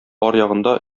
аръягында